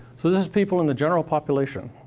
so this is people in the general population.